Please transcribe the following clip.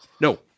No